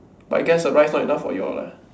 but I guess the rice not enough for you all lah